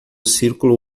círculo